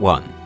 One